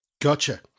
Gotcha